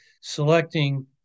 selecting